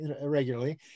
regularly